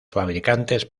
fabricantes